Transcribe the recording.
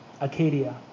Acadia